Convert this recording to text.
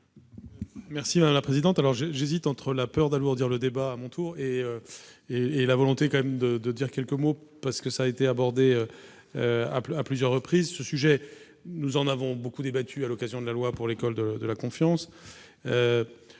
Merci madame la présidente, alors j'ai j'hésite entre la peur d'alourdir le débat à mon tour et et et la volonté quand même de de dire quelques mots, parce que ça a été abordé à plusieurs reprises ce sujet : nous en avons beaucoup débattu à l'occasion de la loi pour l'école de la confiance,